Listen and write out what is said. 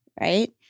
right